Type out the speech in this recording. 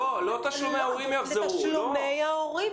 לא, לתשלומי ההורים.